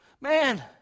man